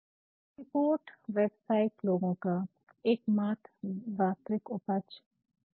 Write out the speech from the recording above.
report व्यवसायिक लोगों का एकमात्र वास्तविक उपज होता है